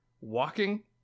walking